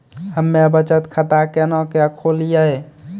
हम्मे बचत खाता केना के खोलियै?